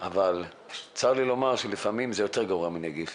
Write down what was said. אבל צר לי לומר שלפעמים זה יותר גרוע מנגיף.